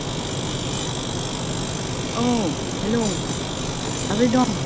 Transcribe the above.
औ हेल' माब्रै दं